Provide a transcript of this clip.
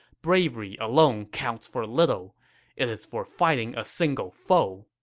bravery alone counts for little it is for fighting a single foe.